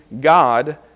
God